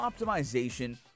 optimization